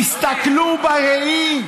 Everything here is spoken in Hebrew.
תסכלו בראי.